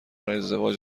ازدواج